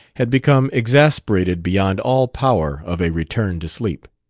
had become exasperated beyond all power of a return to sleep.